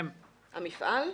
המפעל?